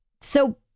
So-